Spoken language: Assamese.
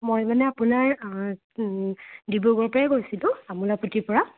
মই মানে আপোনাৰ ডিব্ৰুগড়ৰ পৰাই কৈছিলোঁ আমোলাপট্টিৰ পৰা